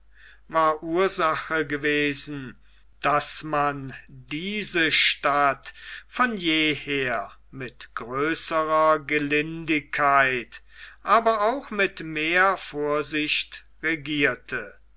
war ursache gewesen daß man diese stadt von jeher mit größerer gelindigkeit aber auch mit mehr vorsicht regierte